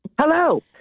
Hello